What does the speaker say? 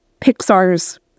Pixar's